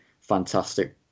fantastic